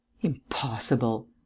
Impossible